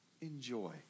Enjoy